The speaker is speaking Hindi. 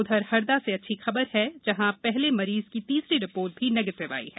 उधर हरदा से अच्छी खबर है जहा पहले मरीज की तीसरी रिपोर्त भी निगेपिव आई है